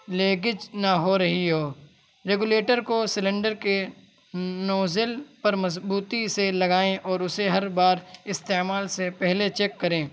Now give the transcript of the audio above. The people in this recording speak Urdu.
لیگج نہ ہو رہی ہو ریگولیٹر کو سلنڈر کے نوزل پر مضبوطی سے لگائیں اور اسے ہر بار استعمال سے پہلے چیک کریں